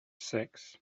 six